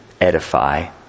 edify